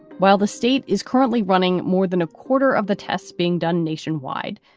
while the state is currently running more than a quarter of the tests being done nationwide,